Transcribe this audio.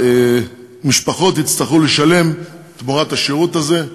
והמשפחות יצטרכו לשלם תמורת השירות הזה,